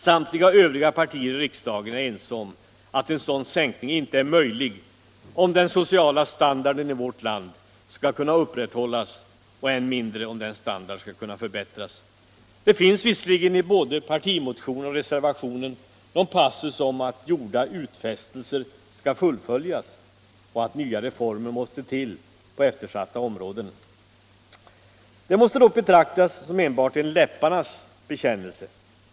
Samtliga övriga partier i riksdagen är ense om att en sådan sänkning inte är möjlig om den sociala standarden i vårt land skall kunna upprätthållas och än mindre om den skall kunna förbättras. Det finns visserligen i både partimotionen och reservationen någon passus om att gjorda utfästelser skall fullföljas och att nya reformer måste till på eftersatta områden. Men detta måste betraktas som enbart en läpparnas bekännelse.